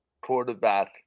quarterback